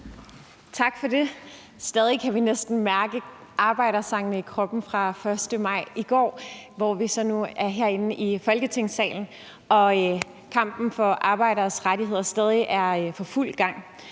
Tak for det. Vi kan stadig næsten mærke arbejdersangene i kroppen fra 1. maj i går, hvor vi så nu er herinde i Folketingssalen og kampen for arbejderes rettigheder stadig er i fuld gang,